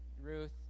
Ruth